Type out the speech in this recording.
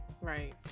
right